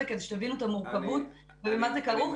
כדי שתבינו את המורכות ובמה זה כרוך.